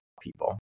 people